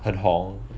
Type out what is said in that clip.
很红